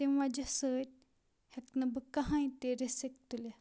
تِم وَجہِ سۭتۍ ہیٚکہِ نہٕ بہٕ کَہٕنۍ تہٕ رِسک تُلِتھ